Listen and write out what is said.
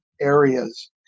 areas